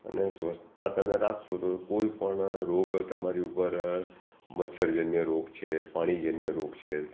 અને સ્વચ્છતા તમે રાખશો તો કોઈ પણ રોગ તમારી ઉપર મચ્છરજન્ય રોગ છે પાણીજન્ય રોગ છે